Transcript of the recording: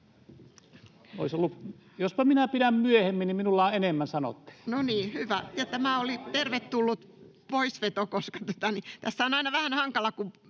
jospa minä pidän myöhemmin, niin minulla on enemmän sanottavaa. No niin, hyvä, ja tämä oli tervetullut poisveto. [Puhemies naurahtaa]